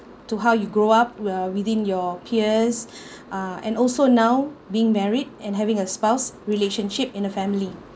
to how you grow up well within your peers uh and also now being married and having a spouse relationship in a family